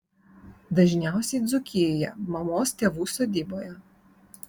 dažniausiai dzūkijoje mamos tėvų sodyboje